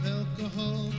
alcohol